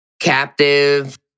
captive